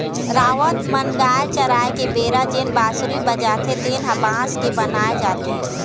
राउत मन गाय चराय के बेरा जेन बांसुरी बजाथे तेन ह बांस के बनाए जाथे